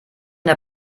der